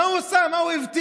מה הוא עשה, מה הוא הבטיח.